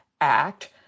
Act